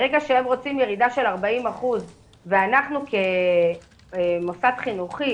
ברגע שהם רוצים לראות ירידה של 40% ואנחנו כמוסד חינוכי